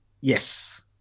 Yes